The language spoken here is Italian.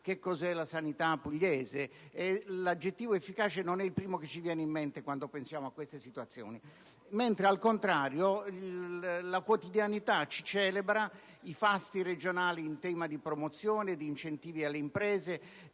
che cosa sia la sanità pugliese. L'aggettivo efficace non è il primo che ci viene in mente quando pensiamo a queste situazioni. Al contrario, la quotidianità ci celebra i fasti regionali in tema di promozione, di incentivi alle imprese,